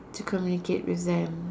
to communicate with them